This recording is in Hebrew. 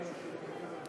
כן.